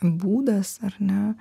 būdas ar ne